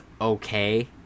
okay